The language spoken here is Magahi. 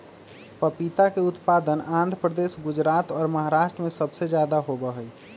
पपीता के उत्पादन आंध्र प्रदेश, गुजरात और महाराष्ट्र में सबसे ज्यादा होबा हई